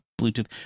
Bluetooth